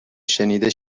شنیده